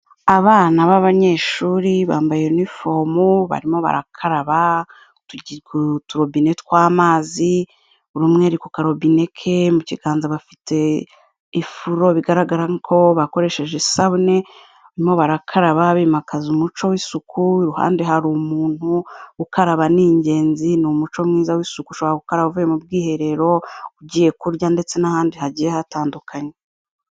Abana b'abanyeshuri bambaye yunifomu barimo barakaraba, ku turobine tw'amazi buri umwe ari ku karobine ke, mu kiganza bafite ifuro, bigaragara ko bakoresheje isabune, barimo barakaraba bimakaza umuco w'isuku, ku ruhande hari umuntu, gukaraba ni ingenzi ni umuco mwiza w'isuku, ushobora gukaraba uvuye mu bwiherero, ugiye kurya, ndetse n'ahandi hagiye hatandukanye.